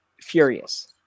furious